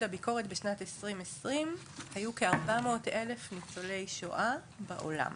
הביקורת בשנת 2020 היו כ-400,000 ניצולי שואה בעולם.